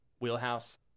wheelhouse